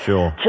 Sure